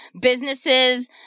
businesses